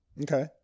okay